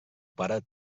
pare